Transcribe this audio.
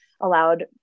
allowed